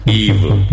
evil